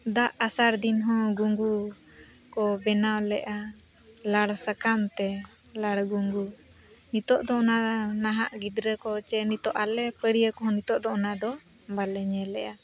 ᱫᱟᱜ ᱟᱥᱟᱲ ᱫᱤᱱᱦᱚᱸ ᱜᱷᱩᱸᱜᱩ ᱠᱚ ᱵᱮᱱᱟᱣ ᱞᱮᱜᱼᱟ ᱞᱟᱲ ᱥᱟᱠᱟᱢᱛᱮ ᱞᱟᱲ ᱜᱷᱩᱸᱜᱩ ᱱᱤᱛᱳᱜ ᱫᱚ ᱚᱱᱟ ᱱᱟᱦᱟᱜ ᱜᱤᱫᱽᱨᱟᱹ ᱠᱚ ᱥᱮ ᱱᱤᱛᱚᱜ ᱟᱞᱮ ᱯᱟᱹᱲᱤᱭᱟᱹ ᱠᱚᱦᱚᱸ ᱱᱤᱛᱳᱜ ᱫᱚ ᱚᱱᱟᱫᱚ ᱵᱟᱞᱮ ᱧᱮᱞᱮᱜᱼᱟ